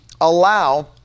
allow